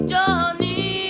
Johnny